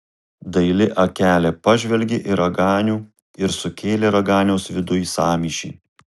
daili akelė pažvelgė į raganių ir sukėlė raganiaus viduj sąmyšį